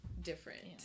different